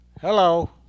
Hello